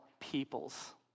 peoples